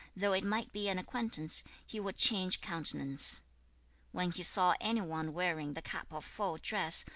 though it might be an acquaintance, he would change countenance when he saw any one wearing the cap of full dress,